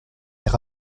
air